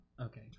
Okay